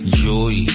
joy